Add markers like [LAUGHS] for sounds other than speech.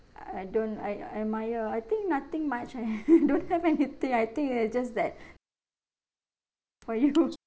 I don't I admire I think nothing much [LAUGHS] I don't have anything I think they're just that [LAUGHS] for you